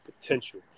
potential